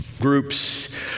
groups